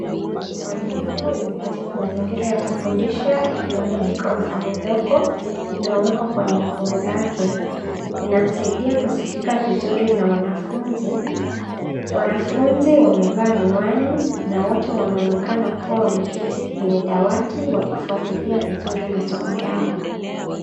Mwalimu yuko katika mazingira ya kufundisha akitumia maikrofoni ndogo iliyowekwa kwenye nguo zake. Inamsaidia kusikika vizuri na wanafunzi. Wanafunzi wamevaa miwani na wote wanaonekana kuwa wameketi kwenye dawati wakifutilia vizuri masomo yao.